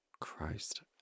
Christ